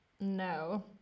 No